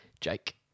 Jake